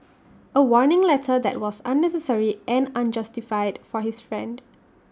A warning letter that was unnecessary and unjustified for his friend